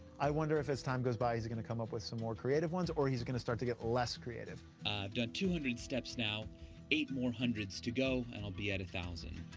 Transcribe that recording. i wonder if, as time goes by, he's gonna come up with some more creative ones, or he's gonna start to get less creative. i've done two hundred steps now eight more hundreds to go, and i'll be at one thousand.